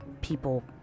people